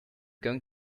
going